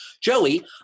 Joey